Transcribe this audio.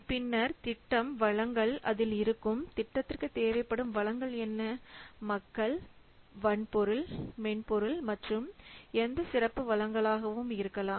பின்னர் திட்டம் வளங்கள் அதில் இருக்கும் திட்டத்திற்கு தேவைப்படும் வளங்கள் என்ன மக்கள் வன்பொருள் மென்பொருள் மற்றும் எந்த சிறப்பு வளங்களும் இருக்கலாம்